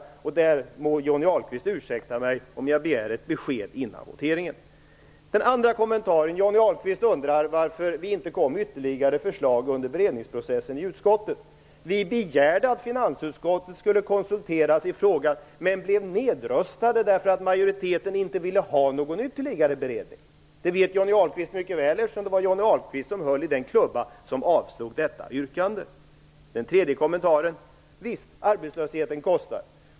Johnny Ahlqvist må ursäkta mig om jag begär ett besked före voteringen. Min andra kommentar gäller följande. Johnny Ahlqvist undrar varför vi inte kom med ytterligare förslag under beredningsprocessen i utskottet. Vi begärde att finansutskottet skulle konsulteras i frågan men blev nedröstade därför att majoriteten inte ville ha någon ytterligare beredning. Det vet Johnny Alhqvist mycket väl, eftersom det var Johnny Ahlqvist som höll i klubban och avslog detta yrkande. Den tredje kommentaren: Visst, arbetslösheten kostar.